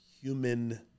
human